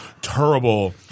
terrible